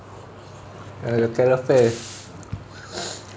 uh the calefare